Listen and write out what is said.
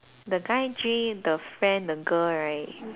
the guy J the friend the girl right